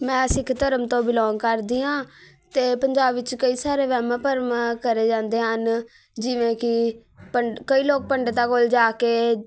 ਮੈਂ ਸਿੱਖ ਧਰਮ ਤੋਂ ਬਿਲੋਂਗ ਕਰਦੀ ਹਾਂ ਅਤੇ ਪੰਜਾਬ ਵਿੱਚ ਕਈ ਸਾਰੇ ਵਹਿਮ ਭਰਮ ਕਰੇ ਜਾਂਦੇ ਹਨ ਜਿਵੇਂ ਕਿ ਪੰ ਕਈ ਲੋਕ ਪੰਡਤਾਂ ਕੋਲ ਜਾ ਕੇ